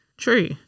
True